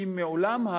כי מעולם,